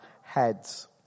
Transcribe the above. heads